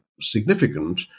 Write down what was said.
significant